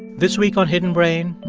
this week on hidden brain,